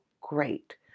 great